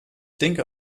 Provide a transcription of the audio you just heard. denke